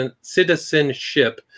Citizenship